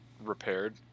repaired